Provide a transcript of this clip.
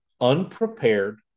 unprepared